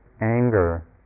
Anger